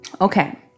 Okay